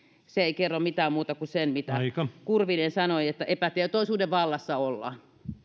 ei kerro mitään muuta kuin sen mitä kurvinen sanoi että epätietoisuuden vallassa ollaan